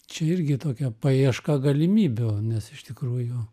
čia irgi tokia paieška galimybių nes iš tikrųjų